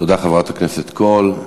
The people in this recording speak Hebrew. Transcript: תודה, חברת הכנסת קול.